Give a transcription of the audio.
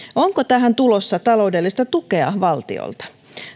onko tähän tulossa taloudellista tukea valtiolta